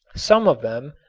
some of them,